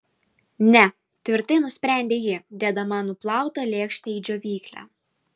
ne tvirtai nusprendė ji dėdama nuplautą lėkštę į džiovyklę